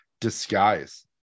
disguise